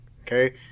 okay